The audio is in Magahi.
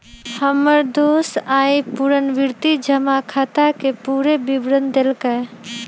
हमर दोस आइ पुरनावृति जमा खताके पूरे विवरण देलक